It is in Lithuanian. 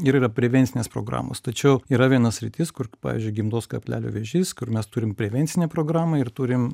ir yra prevencinės programos tačiau yra viena sritis kur pavyzdžiui gimdos kaklelio vėžys kur mes turim prevencinę programą ir turim